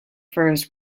furs